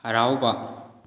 ꯍꯔꯥꯎꯕ